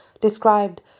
described